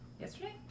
Yesterday